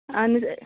اہن حظ